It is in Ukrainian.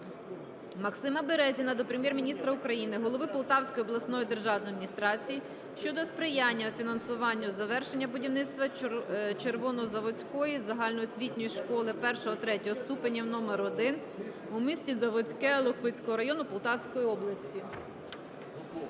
Максима Березіна до Прем'єр-міністра України, голови Полтавської обласної державної адміністрації щодо сприяння у фінансуванні завершення будівництва Червонозаводської загальноосвітньої школи І-ІІІ ступенів №1 у місті Заводське Лохвицького району Полтавської області.